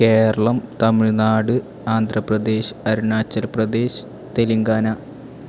Keralam Tamil Nadu Andhra Pradesh Arunachal Pradesh Telangana